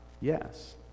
yes